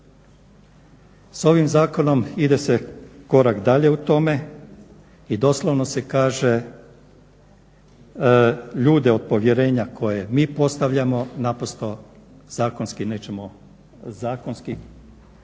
S ovim zakonom ide se korak dalje u tome i doslovno se kaže, ljude od povjerenja koje mi postavljamo naprosto zakonski nećemo, zakonski